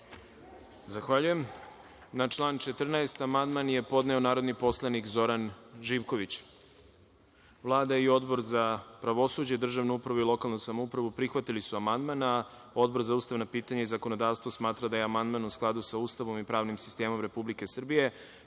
Zahvaljujem. Na član 14. amandman je podneo narodni poslanik Zoran Živković. Vlada i Odbor za pravosuđe, državnu upravu i lokalnu samoupravu prihvatili su amandman, a Odbor za ustavna pitanja i zakonodavstvo smatra da je amandman u skladu sa Ustavom i pravnim sistemom Republike Srbije,